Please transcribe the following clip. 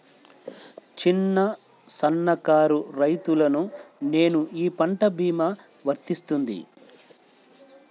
చిన్న సన్న కారు రైతును నేను ఈ పంట భీమా వర్తిస్తుంది?